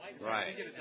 Right